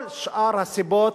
כל שאר הסיבות,